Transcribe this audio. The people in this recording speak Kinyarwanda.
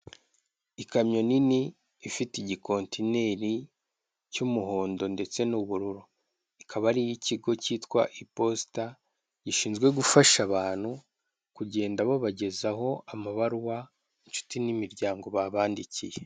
Ikamyo nini ifite igikontineri cy'umuhondo ndetse n'ubururu ikaba ariy'ikigo cyitwa iposita gishinzwe gufasha abantu kugenda babagezaho amabaruwa inshuti n'imiryango babandikiye.